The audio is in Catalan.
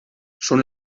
són